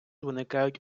виникають